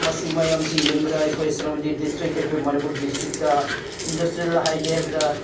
ꯃꯁꯤ ꯃꯌꯥꯝꯁꯦ ꯌꯦꯡꯕꯗ ꯑꯩꯈꯣꯏ ꯁꯦꯅꯥꯄꯇꯤ ꯗꯤꯁꯇ꯭ꯔꯤꯛ ꯑꯩꯈꯣꯏ ꯃꯅꯤꯄꯨꯔ ꯗꯤꯁꯇ꯭ꯔꯤꯛꯇ ꯏꯟꯗꯁꯇ꯭ꯔꯤꯌꯦꯜ ꯍꯥꯏꯒꯦ ꯍꯥꯏꯕꯗ